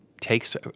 takes